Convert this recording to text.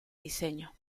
diseño